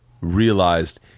realized